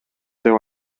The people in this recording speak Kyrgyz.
деп